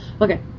Okay